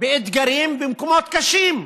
באתגרים במקומות קשים.